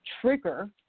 trigger